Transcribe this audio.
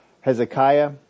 Hezekiah